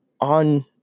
on